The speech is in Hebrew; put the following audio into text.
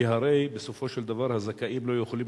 כי הרי בסופו של דבר הזכאים לא יכולים